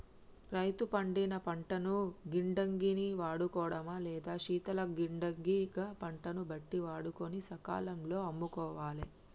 రైతు పండిన పంటను గిడ్డంగి ని వాడుకోడమా లేదా శీతల గిడ్డంగి గ పంటను బట్టి వాడుకొని సకాలం లో అమ్ముకోవాలె